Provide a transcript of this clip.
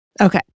Okay